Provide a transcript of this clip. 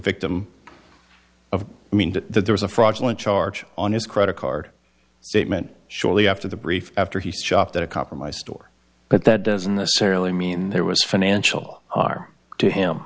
victim of i mean that there was a fraudulent charge on his credit card statement shortly after the brief after he stopped at a compromised store but that doesn't the sara lee mean there was financial are to him